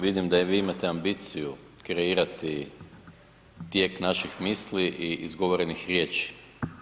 Vidim da i vi imate ambiciju kreirati tijek naših misli i izgovorenih riječi